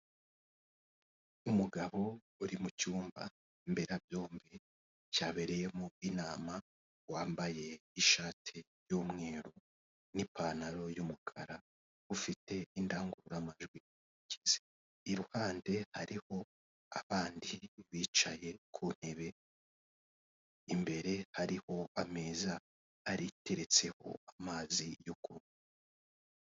Umugabo uri mu cyumba imberabyombi, cyabereyemo inama wambaye ishati y'umweru, n'ipantaro y'umukara ufite indangururamajwi, i ruhande hariho abandi bicaye ku ntebe, imbere hariho ameza ariteretseho amazi yo kunywa.